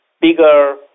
bigger